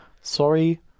sorry